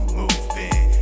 moving